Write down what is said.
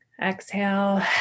Exhale